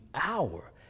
hour